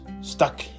stuck